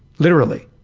literally.